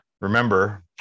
Remember